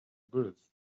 birth